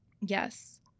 Yes